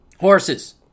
Horses